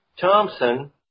Thompson